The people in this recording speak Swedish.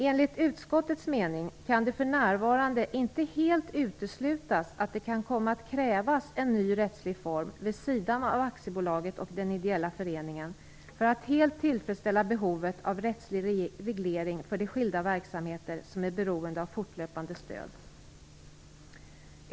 Enligt utskottets mening kan det för närvarande inte helt uteslutas att det kan komma att krävas en ny rättslig form vid sidan av aktiebolaget och den ideella föreningen för att helt tillfredsställa behovet av rättslig reglering för de skilda verksamheter som är beroende av fortlöpande stöd.